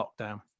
lockdown